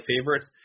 favorites